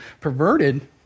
perverted